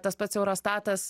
tas pats eurostatas